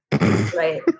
Right